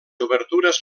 obertures